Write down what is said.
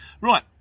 Right